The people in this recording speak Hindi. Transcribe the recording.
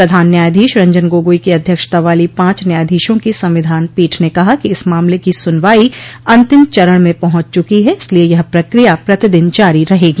प्रधान न्यायाधीश रंजन गोगोई की अध्यक्षता वाली पांच न्यायाधीशों की संविधान पीठ ने कहा कि इस मामले की सुनवाई अंतिम चरण में पहुंच चुकी है इसलिए यह प्रक्रिया प्रतिदन जारी रहेगी